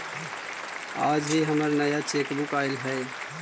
आज ही हमर नया चेकबुक आइल हई